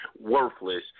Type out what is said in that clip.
worthless